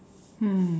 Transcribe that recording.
hmm